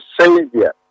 Savior